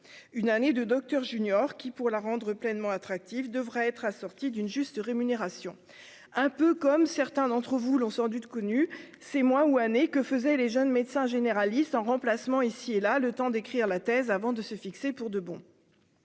une année de Docteur junior qui, pour la rendre pleinement attractif devra être assortie d'une juste rémunération, un peu comme certains d'entre vous l'ont sans doute connu ses mois ou années que faisaient les jeunes médecins généralistes en remplacement, ici et là, le temps d'écrire la thèse avant de se fixer pour de bon,